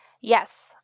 Yes